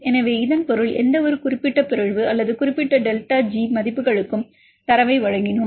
எனவே இதன் பொருள் எந்தவொரு குறிப்பிட்ட பிறழ்வு அல்லது குறிப்பிட்ட டெல்டா ஜி மதிப்புகளுக்கும் தரவை வழங்கினோம்